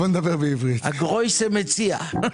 א גרויסע מציאה.